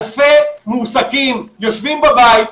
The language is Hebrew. אלפי מועסקים יושבים בבית,